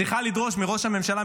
צריכה לדרוש מראש הממשלה,